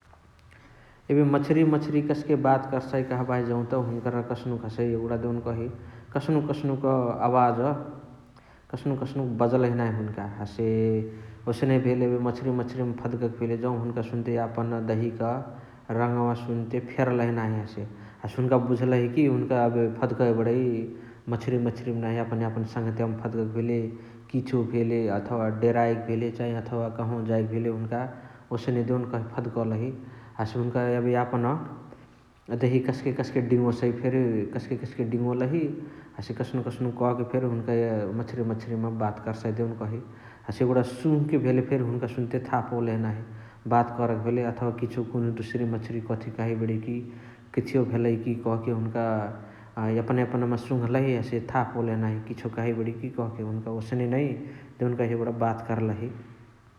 एबे मछरिय मछरिय कस्के बात कर्साइ कहबाही जौत हुनुकर कस्नुक हसइ एगुणा देउनकही कस्नुक कस्नुक अवाज कस्नुक कस्नुक बजलही नाही हुन्क । हसे ओसने भेल एबे मछरिय मछरिय मा फडाँकाके भेले जौ हुन्का सुन्ते यापन दहिय रङवा सुन्ते फेरलही नाही हसे । हसे हुन्का बुझलही कि हुन्का एबे फद्कइ बणइ मछरिय मछरिय मा नाही यापन यापना सङ्हतियवमा फद्कके भेले किछो भेले अथवा डेराइके चाइ अथवा कहाँवा जाइके भेले हुन्का ओसने देउनकही फद्कलही । हसे हुन्का एबे यापन दहिया कस्के कस्के डिङोसइ फेरी कस्के कस्के डिङोलही । हसे कस्नुक कस्नुक कहके फेरी मछरिय मछरिय मा बात कर्साइ देउनकही । हसे एगुणा सुङ्हके भेले फेरी हुन्का सुन्ते थाह पौलही नाही । बात करके भेले अथवाअ कुनुहु किछो दोसारी मछरिय कथी किछो कहइ बणइकी । किथियो भेलइ कि कहाँके हुन्का अ एपना एपना मा सुङ्हलही हसे थाह पौलही नाही किछो कहइ बणइ कि कहाँके । हुन्का ओसने नै देउनकही बात कर्लही ।